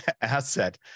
asset